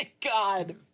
god